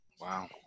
wow